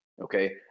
okay